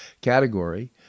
category